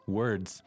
words